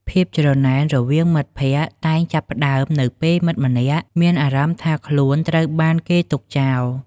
ភាពច្រណែនរវាងមិត្តភក្តិតែងចាប់ផ្ដើមនៅពេលមិត្តម្នាក់មានអារម្មណ៍ថាខ្លួនត្រូវបានគេទុកចោល។